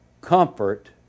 comfort